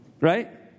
Right